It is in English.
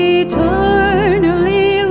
eternally